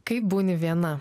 kai būni viena